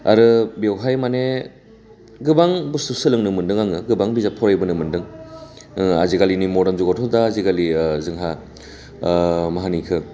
आरो बेवहाय माने गोबां बुस्थु सोलोंनो मोनदों आङो गोबां बिजाब फरायबोनो मोनदों आजिखालिनि मडार्न जुुगावथ' दा आजिखालि जोंहा मा होनो बेखौ